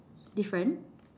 different